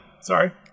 Sorry